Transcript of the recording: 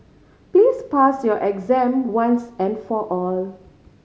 please pass your exam once and for all